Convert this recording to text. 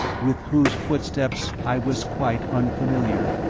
with whose footsteps i was quite unfamiliar.